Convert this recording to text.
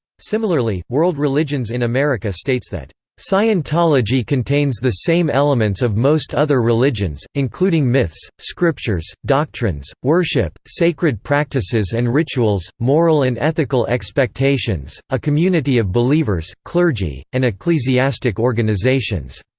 similarly, world religions in america states that scientology contains the same elements of most other religions, including myths, scriptures, doctrines, worship, sacred practices and rituals, moral and ethical expectations, a community of believers, clergy, and ecclesiastic organizations.